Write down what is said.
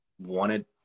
wanted